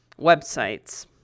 websites